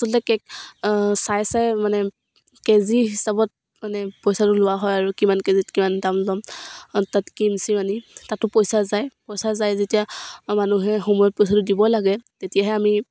আচলতে কেক চাই চাই মানে কেজি হিচাপত মানে পইচাটো লোৱা হয় আৰু কিমান কেজিত কিমান দাম ল'ম তাত কিম চিম আনিম তাতো পইচা যায় পইচা যায় যেতিয়া মানুহে সময়ত পইচাটো দিব লাগে তেতিয়াহে আমি